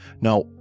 Now